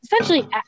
essentially